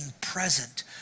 present